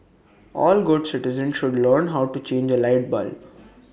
all good citizens should learn how to change A light bulb